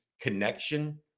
connection